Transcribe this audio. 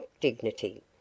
dignity